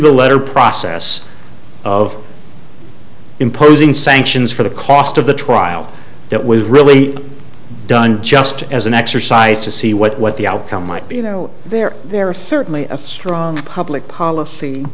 the letter process of imposing sanctions for the cost of the trial that was really done just as an exercise to see what the outcome might be you know they're there thirdly a strong public policy